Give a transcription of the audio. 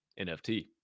nft